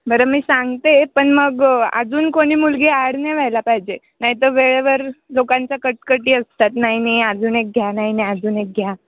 बरं मी सांगते पण मग अजून कोणी मुलगी ॲड नाही व्हायला पाहिजे नाहीतर वेळेवर लोकांच्या कटकटी असतात नाही नाही अजून एक घ्या नाही नाही अजून एक घ्या